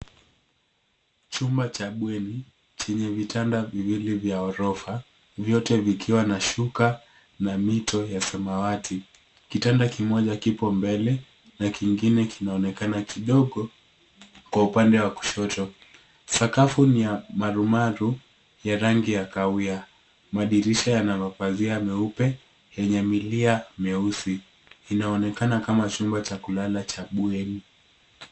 Chumba cha bweni chenye vitanda viwili vya gorofa vyote vikiwa na shuka na mito ya samawati. Kitanda kimoja kipo mbele na kingine kinaonekana kidogo kwa upande wa kushoto. Sakafu ni ya marumaru ya rangi ya kahawia. Madirisha yana mapazia meupe yenye milia mieusi. Inaonekana kama chumba cha kulala cha bweni.